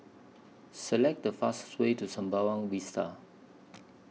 Select The fastest Way to Sembawang Vista